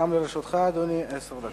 גם לרשותך, אדוני, עשר דקות.